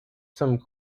some